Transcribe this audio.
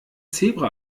zebra